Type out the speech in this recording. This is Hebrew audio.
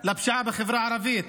לפשיעה בחברה הערבית?